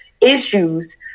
issues